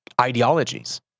ideologies